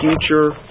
future